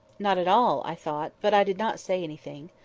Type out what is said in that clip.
not at all, i thought but i did not say anything.